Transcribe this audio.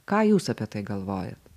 ką jūs apie tai galvojat